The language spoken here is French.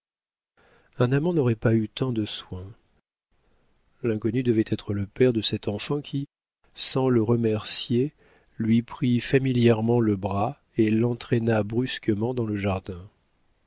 un amant n'aurait pas eu tant de soin l'inconnu devait être le père de cette enfant qui sans le remercier lui prit familièrement le bras et l'entraîna brusquement dans le jardin